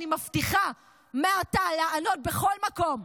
אני מבטיחה מעתה לענות בכל מקום,